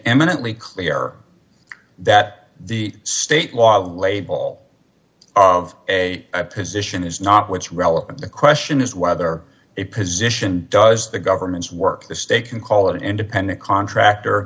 eminently clear that the state law label all of a position is not what's relevant the question is whether a position does the government's work the state can call it an independent contractor